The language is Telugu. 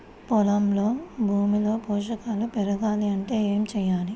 పొలంలోని భూమిలో పోషకాలు పెరగాలి అంటే ఏం చేయాలి?